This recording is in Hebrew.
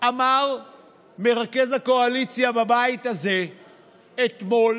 אמר מרכז הקואליציה בבית הזה אתמול